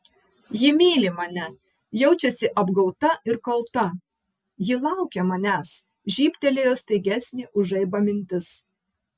ji myli mane jaučiasi apgauta ir kalta ji laukia manęs žybtelėjo staigesnė už žaibą mintis